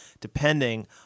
depending